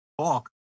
talk